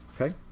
Okay